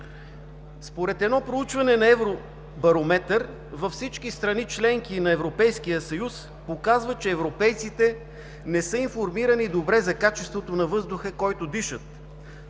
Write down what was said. Едно проучване на „Евробарометър“ във всички страни – членки на Европейския съюз, показва, че европейците не са информирани добре за качеството на въздуха, който дишат,